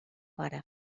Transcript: pare